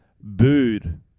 booed